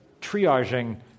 triaging